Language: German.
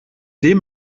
dem